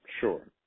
sure